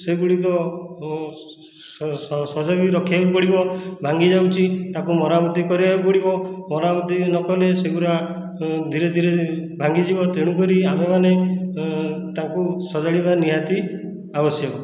ସେଗୁଡ଼ିକ ସଜାଇକି ରଖିବାକୁ ପଡ଼ିବ ଭାଙ୍ଗିଯାଉଛି ତାକୁ ମରାମତି କରିବାକୁ ପଡ଼ିବ ମରାମତି ନକଲେ ସେଗୁଡ଼ା ଧୀରେ ଧୀରେ ଭାଙ୍ଗିଯିବ ତେଣୁକରି ଆମେମାନେ ତାଙ୍କୁ ସଜାଡ଼ିବା ନିହାତି ଆବଶ୍ୟକ